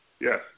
Yes